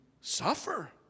suffer